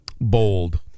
bold